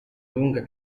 lunga